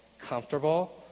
comfortable